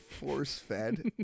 force-fed